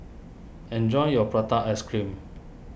enjoy your Prata Ice Cream